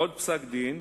עוד פסק-דין,